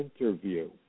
interview